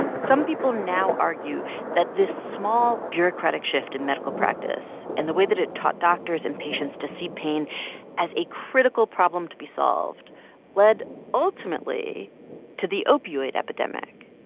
some people now argue that this small bureaucratic shift in medical practice and the way that it taught doctors and patients to see pain as a critical problem to be solved led ultimately to the opioid epidemic.